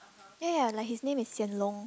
ya ya like his name is Hsien-Loong